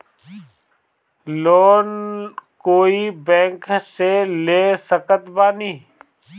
Loan कोई bank से ले सकत बानी?